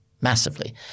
massively